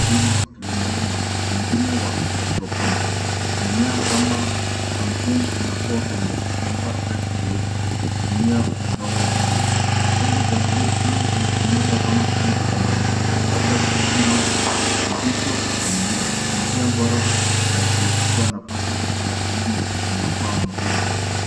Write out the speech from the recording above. Uzuri wa kilimo wima, engine wa hydroponics . Mimea kama kangkung inakua kwenye bomba refu jeupe kutumia udongo bandia. Chombo cha bluu chini kinatumika kama tanki la maji, labda kusukuma virutubisho kwa mimea. Ni njia bora na isiyochukua nafasi kubwa ya kilimo inayofaa mjini.